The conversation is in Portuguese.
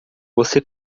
você